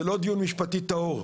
זה לא דיון משפטי טהור.